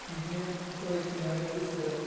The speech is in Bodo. बिदिनो फारायफिन्नो आरो गोसो जादों